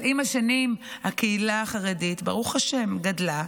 אבל עם השנים הקהילה החרדית ברוך השם גדלה,